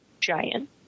giant